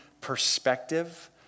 perspective